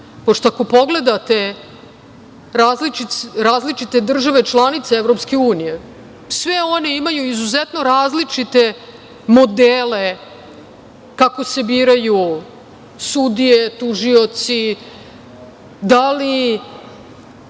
pošto ako pogledate različite države članice EU sve one imaju izuzetno različite modele kako se biraju sudije, tužioci, da li